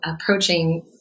approaching